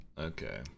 Okay